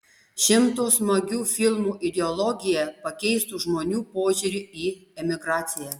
šimto smagių filmų ideologija pakeistų žmonių požiūrį į emigraciją